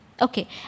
Okay